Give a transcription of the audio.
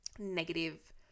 negative